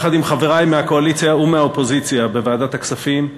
יחד עם חברי מהקואליציה ומהאופוזיציה בוועדת הכספים,